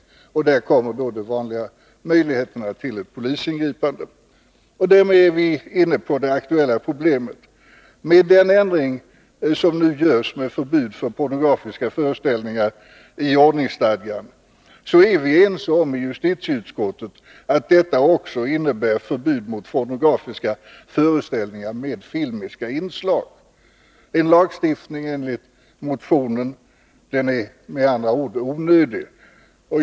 Sedan uttalar man sig då om de vanliga möjligheterna till polisingripande. Därmed är vi inne på det aktuella problemet. Med den ändring i ordningsstadgan som nu görs med förbud mot pornografiska föreställningar är vi i justitieutskottet ense om att det också innebär förbud mot pornografiska föreställningar med filmiska inslag. En lagstiftning enligt motionen är med andra ord onödig.